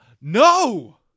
no